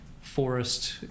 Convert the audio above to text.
forest